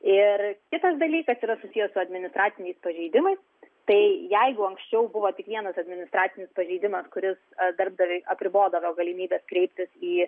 ir kitas dalykas yra susijęs su administraciniais pažeidimais tai jeigu anksčiau buvo tik vienas administracinis pažeidimas kuris darbdaviui apribodavo galimybes kreiptis į